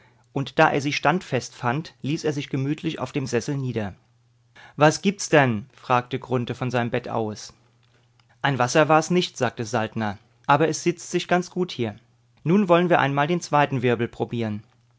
und da er sie standfest fand ließ er sich gemütlich auf dem sessel nieder was gibt's denn fragte grunthe von seinem bett aus ein wasser war's nicht sagte saltner aber es sitzt sich ganz gut hier nun wollen wir einmal den zweiten wirbel probieren